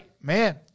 Man